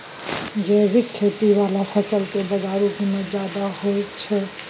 जैविक खेती वाला फसल के बाजारू कीमत ज्यादा होय हय